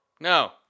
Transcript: no